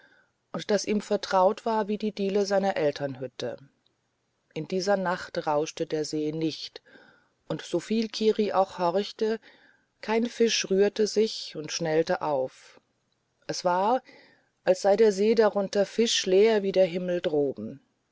und das ihm vertraut war wie die diele seiner elternhütte in dieser nacht rauschte der see nicht und soviel kiri auch horchte kein fisch rührte sich und schnellte auf es war als sei der see drunten fischleer wie der himmel droben